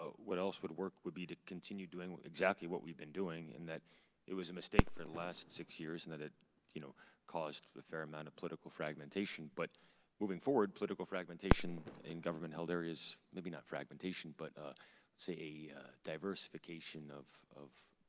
what else would work would be to continue doing exactly what we've been doing in that it was a mistake for the last six years in that it you know caused a fair amount of political fragmentation, but moving forward, political fragmentation in government-held areas, maybe not fragmentation, but ah say a diversification of of